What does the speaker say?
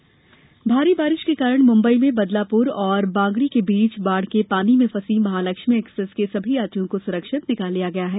मुम्बई बाढ़ भारी बारिश के कारण मुम्बई में बदलापुर और बांगड़ी के बीच बाढ़ के पानी में फंसी महालक्ष्मी एक्सप्रेस के सभी यात्रियों को सुरक्षित निकाल लिया गया है